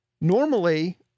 normally